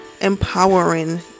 empowering